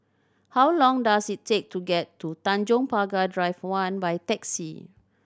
how long does it take to get to Tanjong Pagar Drive One by taxi